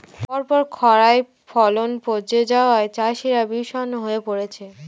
পরপর খড়ায় ফলন পচে যাওয়ায় চাষিরা বিষণ্ণ হয়ে পরেছে